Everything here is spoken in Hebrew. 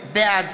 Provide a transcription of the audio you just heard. בעד